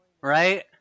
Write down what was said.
Right